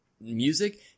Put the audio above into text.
music